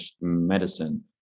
medicine